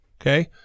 okay